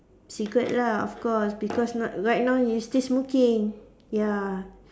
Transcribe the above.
cigarette lah of course because not right now you still smoking ya